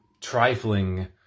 trifling